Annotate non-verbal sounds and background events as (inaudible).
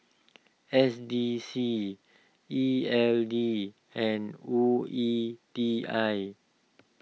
(noise) S D C E L D and O E T I